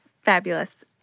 fabulous